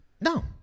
No